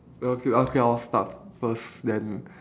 well okay okay I'll start first then